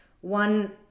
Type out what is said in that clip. one